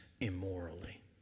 immorally